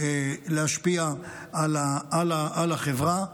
להשפיע על החברה.